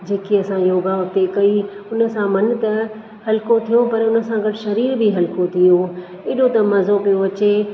जेके असां योगा हुते कई हुन सां मन त हल्को थियो पर हुन सा गॾु शरीर बि हल्को थी वियो हेॾो त मज़ो पियो अचे